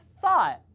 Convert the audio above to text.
thought